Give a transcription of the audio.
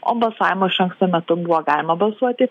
o balsavimo iš anksto metu buvo galima balsuoti